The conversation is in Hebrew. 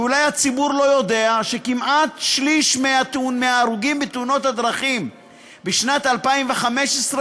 אולי הציבור לא יודע שכמעט שליש מההרוגים בתאונות הדרכים בשנת 2015,